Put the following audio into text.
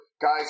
Guys